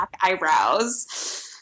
eyebrows